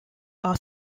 are